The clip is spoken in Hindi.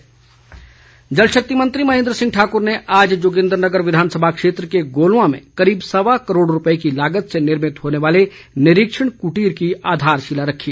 महेन्द्र सिंह जलशक्ति मंत्री महेन्द्र सिंह ठाकुर ने आज जोगिन्द्रनगर विधानसभा क्षेत्र के गोलवां में करीब सवा करोड़ रूपये की लागत से निर्मित होने वाले निरीक्षण कुटीर की आधारशिला रखी